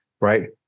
right